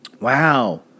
Wow